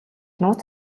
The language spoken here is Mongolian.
нууц